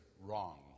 wrong